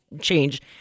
change